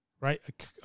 Right